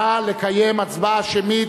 נא לקיים הצבעה שמית.